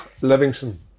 Livingston